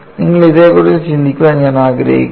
നിങ്ങൾ ഇതിനെക്കുറിച്ച് ചിന്തിക്കാൻ ഞാൻ ആഗ്രഹിക്കുന്നു